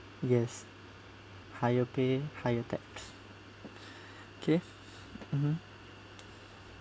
yes higher pay higher tax okay mmhmm